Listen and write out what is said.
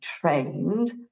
trained